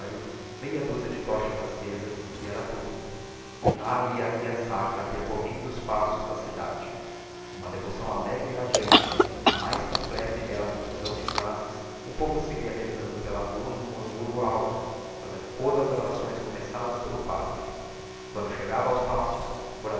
meia dúzia de tochas accesas e era tudo e lá ia a via sacra percorrendo os fassosáa cidade n'uma devoção alegre e radiante na mais completa e bella confusão de classes o povo seguia rezando pela rua em um murmúrio alto fazendo coro ás orações começadas pelo padre e quando chegava aos passos